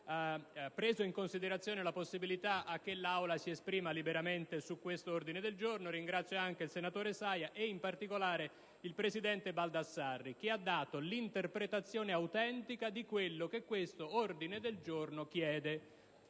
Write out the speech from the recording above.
per aver preso in considerazione la possibilità che l'Assemblea si esprima liberamente su tale ordine del giorno; ringrazio altresì il senatore Saia e in particolare il presidente Baldassarri, che ha dato l'interpretazione autentica di ciò che tale ordine del giorno chiede.